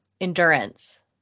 Endurance